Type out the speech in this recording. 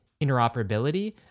interoperability